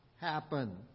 happen